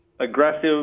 aggressive